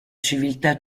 civiltà